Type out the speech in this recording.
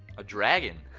a dragon.